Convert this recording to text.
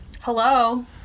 Hello